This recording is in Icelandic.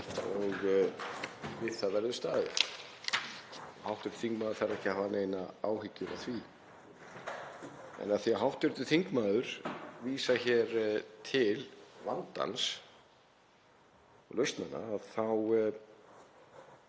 og við það verður staðið. Hv. þingmaður þarf ekki að hafa neinar áhyggjur af því. En af því að hv. þingmaður vísaði hér til vandans og lausnanna þá